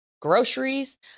groceries